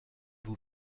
vous